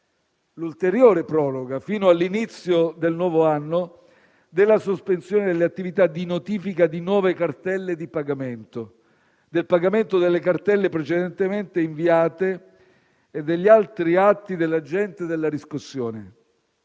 l'ulteriore proroga fino all'inizio del nuovo anno della sospensione delle attività di notifica di nuove cartelle di pagamento, del pagamento delle cartelle precedentemente inviate e degli altri atti dell'Agente della riscossione.